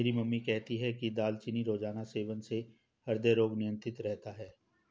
मेरी मम्मी कहती है कि दालचीनी रोजाना सेवन से हृदय रोग नियंत्रित रहता है